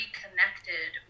Reconnected